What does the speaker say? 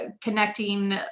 connecting